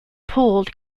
pulled